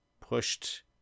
pushed